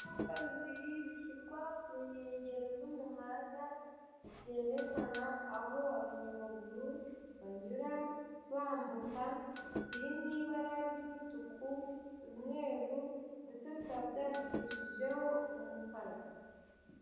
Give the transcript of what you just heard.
Ibyapa bibiri bishyirwa ku nkengero z'umuhanda, byerekana aho abanyamaguru banyura bambuka, biri mu ibara ry'umutuku, umweru ndetse bikaba byandikishijeho umukara.